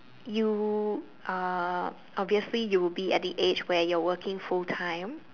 you are obviously you will be at the age where you're working full time